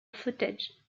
footage